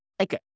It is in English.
Okay